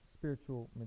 spiritual